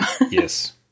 Yes